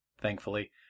thankfully